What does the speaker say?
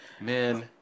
Man